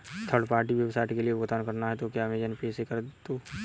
third party website के लिए भुगतान करना है तो क्या अमेज़न पे से कर दो